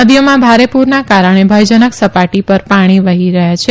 નદીઓમાં ભારે પૂરના કારણે ભયજનક સપાટી પર પાણી વહી રહ્યાં છે